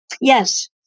Yes